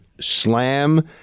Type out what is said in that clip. slam